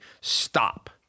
stop